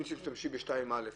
אם תשתמשי ב-2(א),